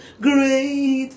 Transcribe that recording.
great